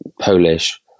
polish